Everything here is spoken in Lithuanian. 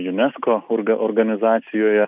junesko organizacijoje